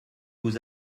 vous